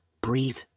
breathe